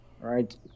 right